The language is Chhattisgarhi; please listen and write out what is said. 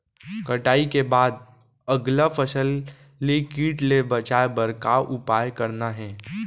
कटाई के बाद अगला फसल ले किट ले बचाए बर का उपाय करना हे?